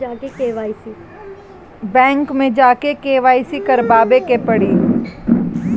Bank मे जा के के.वाइ.सी करबाबे के पड़ी?